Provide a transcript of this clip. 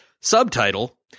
subtitle